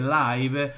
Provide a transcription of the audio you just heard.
live